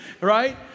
right